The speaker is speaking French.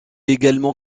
également